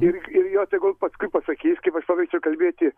ir ir jos tegul paskui pasakys kaip aš pakviečiau kalbėti